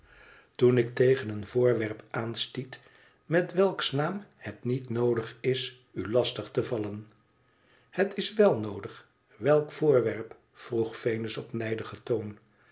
toen ik tegen een voorwerp aanstiet met welks naam het niet noodig is tt lastig te vallen ihet is wèl noodig welk voorwerp vroeg venus op nijdigen toon